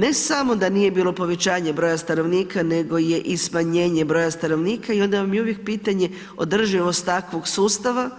Ne samo da nije bilo povećanje broja stanovnika nego je i smanjenje broja stanovnika i onda vam je uvijek pitanje održivost takvog sustava,